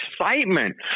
excitement